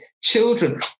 children